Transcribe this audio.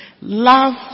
Love